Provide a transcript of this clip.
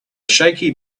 shaky